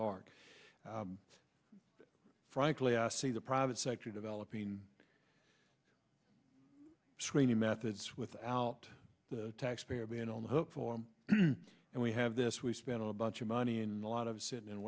dark frankly see the private sector developing screening methods without the taxpayer being on the hook for him and we have this we spent a bunch of money in a lot of sitting in a